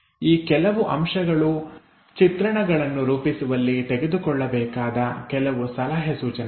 ಈ ಕೆಲವು ಅಂಶಗಳು ಚಿತ್ರಣಗಳನ್ನು ರೂಪಿಸುವಲ್ಲಿ ತೆಗೆದುಕೊಳ್ಳಬೇಕಾದ ಕೆಲವು ಸಲಹೆ ಸೂಚನೆಗಳು